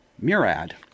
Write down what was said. Murad